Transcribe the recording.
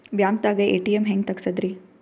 ಬ್ಯಾಂಕ್ದಾಗ ಎ.ಟಿ.ಎಂ ಹೆಂಗ್ ತಗಸದ್ರಿ?